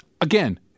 again